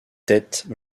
têtes